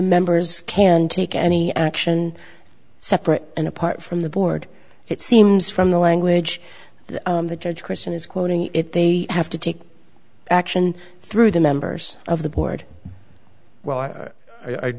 members can take any action separate and apart from the board it seems from the language that the church christian is quoting it they have to take action through the members of the board well